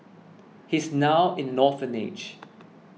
he's now in an orphanage